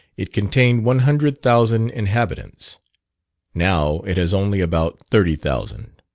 it contained one hundred thousand inhabitants now it has only about thirty thousand.